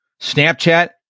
Snapchat